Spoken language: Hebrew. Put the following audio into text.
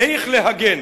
איך להגן?